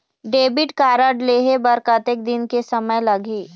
Debit card लेहे बर कतेक दिन के समय लगही?